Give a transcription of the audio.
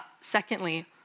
Secondly